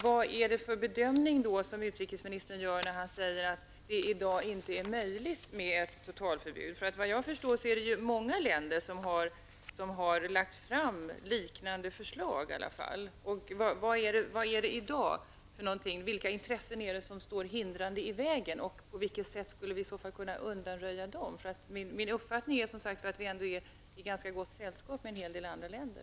Vad gör utrikesministern för bedömning när han säger att det i dag inte är möjligt med ett totalförbud? Vad jag förstår har många länder lagt fram liknande förslag. Vilka intressen är det i dag som står hindrande i vägen, och på vilket sätt skulle vi i så fall kunna undanröja dem? Min uppfattning är som sagt att vi ändå är i ganska gott sällskap med en hel del andra länder.